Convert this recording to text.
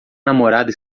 namorada